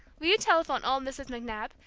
will you telephone old mrs. mcnab,